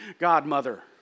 godmother